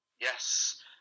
Yes